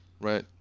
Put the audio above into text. right